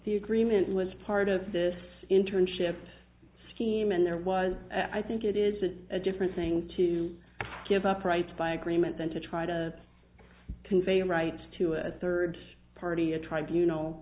the agreement was part of this internship scheme and there was i think it is a different thing to give up rights by agreement than to try to convey the right to a third party a tribe you know